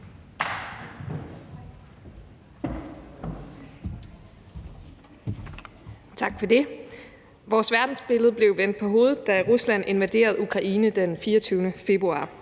Tak for det. Vores verdensbillede blev vendt på hovedet, da Rusland invaderede Ukraine den 24. februar.